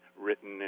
written